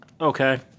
okay